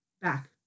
back